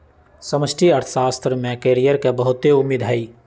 समष्टि अर्थशास्त्र में कैरियर के बहुते उम्मेद हइ